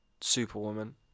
superwoman